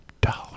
dollar